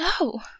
no